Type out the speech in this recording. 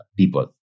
people